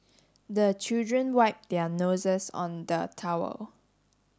the children wipe their noses on the towel